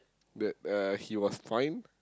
that uh he was fine